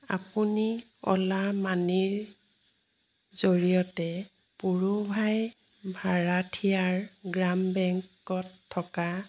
আপুনি অ'লা মানিৰ জৰিয়তে পুড়ুভাই ভাৰাঠিয়াৰ গ্ৰাম বেংকত থকা